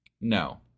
No